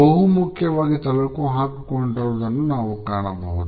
ಬಹುಮುಖ್ಯವಾಗಿ ತಳುಕು ಹಾಕಿಕೊಂಡಿರುವುದನ್ನು ನಾವು ಕಾಣಬಹುದು